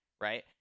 right